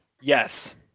Yes